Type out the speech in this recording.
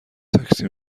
تاکسی